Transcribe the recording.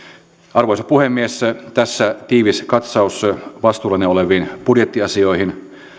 arvoisa puhemies tässä tiivis katsaus vastuullani oleviin budjettiasioihin